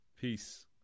Peace